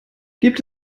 gibt